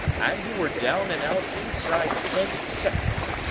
and you were down and out inside ten seconds.